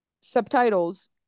subtitles